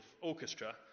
Orchestra